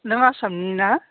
नों आसामनि ना